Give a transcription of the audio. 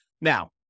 Now